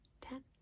ten